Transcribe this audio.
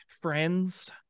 friends